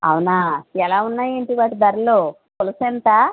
అవునా ఎలా ఉన్నాయి ఏంటి వాటి ధరలు పులస ఎంత